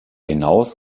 hinaus